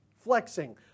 flexing